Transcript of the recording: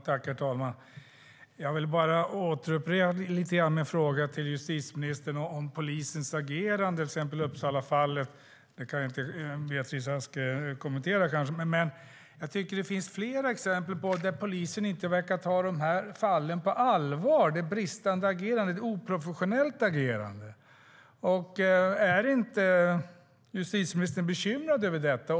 Herr talman! Jag vill bara upprepa min fråga till justitieministern om polisens agerande i till exempel Uppsalafallet. Beatrice Ask kanske inte kan kommentera det, men jag tycker att det finns flera exempel där polisen inte verkar ta de här fallen på allvar. Det är ett bristande och oprofessionellt agerande. Är inte justitieministern bekymrad över detta?